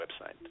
website